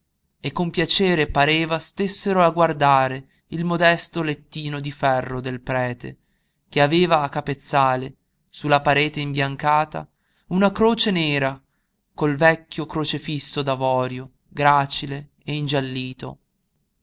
e con piacere pareva stessero a guardare il modesto lettino di ferro del prete che aveva a capezzale su la parete imbiancata una croce nera col vecchio crocefisso d'avorio gracile e ingiallito